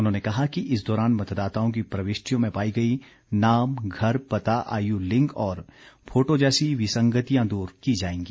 उन्होंने कहा कि इस दौरान मतदाताओं की प्रविष्टियों में पाई गई नाम घर पता आयु लिंग और फोटो जैसी विसंगतियां दूर की जाएंगी